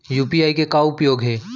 UPI के का उपयोग हे?